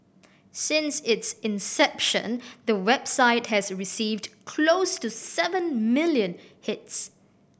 since its inception the website has received close to seven million hits